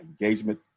engagement